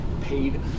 paid